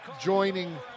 joining